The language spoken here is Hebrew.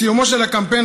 בסיומו של הקמפיין,